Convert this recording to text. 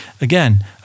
Again